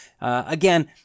Again